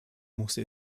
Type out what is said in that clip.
musste